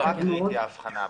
באמת חשובה מאוד ההבחנה פה.